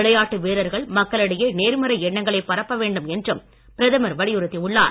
விளையாட்டு வீரர்கள் மக்களிடையே நேர்மறை எண்ணங்களை பரப்ப வேண்டும் என்றும் பிரதமர் வலியுறுத்தி உள்ளார்